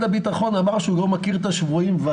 הביטחון אמר שהוא לא מכיר את שמות השבויים.